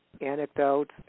anecdotes